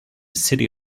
city